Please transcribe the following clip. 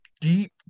deep